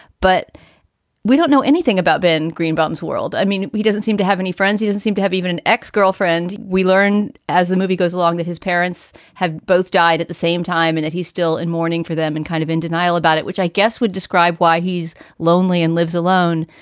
but we don't know anything about ben greenbelts world. i mean, he doesn't seem to have any friends. he doesn't seem to have even an ex-girlfriend. we learn as the movie goes along that his parents have both died at the same time and that he's still in mourning for them and kind of in denial about it, which i guess would describe why he's lonely and lives alone.